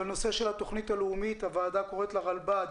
בנושא התכנית הלאומית, הוועדה קוראת לרלב"ד